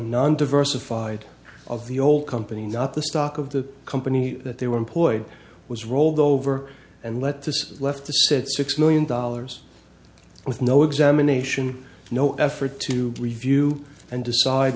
non diversified of the old company not the stock of the company that they were employed was rolled over and let this left the said six million dollars with no examination no effort to review and decide